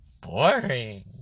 Boring